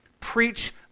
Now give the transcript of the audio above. Preach